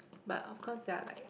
but of course they're like